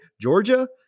Georgia